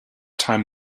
time